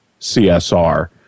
CSR